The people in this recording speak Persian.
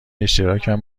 اشتراکم